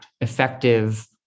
effective